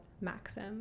maxim